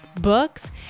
books